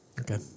Okay